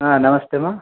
ಹಾಂ ನಮಸ್ತೆ ಮಾ